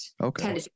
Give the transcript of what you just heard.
Okay